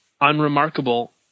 unremarkable